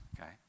okay